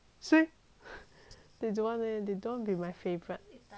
they don't want leh they don't be my favourite